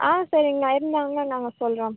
ஆ சரிங்ணா இருந்தாங்கன்னா நாங்கள் சொல்கிறோம்